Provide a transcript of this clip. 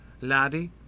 laddie